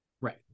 Right